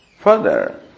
Further